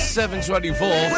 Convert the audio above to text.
724